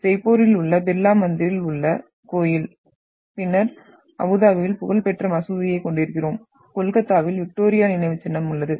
ஜெய்ப்பூரில் உள்ள பிர்லா மந்திரில் உள்ள கோயில் பின்னர் அபுதாபியில் புகழ்பெற்ற மசூதியைக் கொண்டிருக்கிறோம் கொல்கத்தாவில் விக்டோரியா நினைவுச்சின்னம் உள்ளது